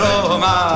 Roma